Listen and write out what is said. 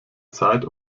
zeit